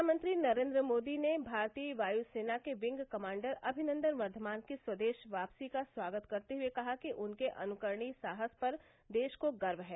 प्रधानमंत्री नरेन्द्र मोदी ने भारतीय वायु सेना के विंग कमांडर अभिनंदन वर्धमान की स्वदेश वापसी का स्वागत करते हुए कहा कि उनके अनुकरणीय साहस पर देश को गर्व है